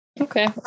Okay